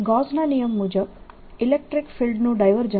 ગૌસના નિયમ Gausss law મુજબ ઇલેક્ટ્રીક ફિલ્ડનું ડાયવર્જન્સ